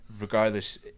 Regardless